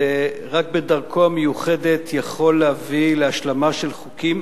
ורק בדרכו המיוחדת יכול להביא להשלמה של חוקים